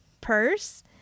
purse